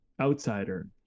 outsider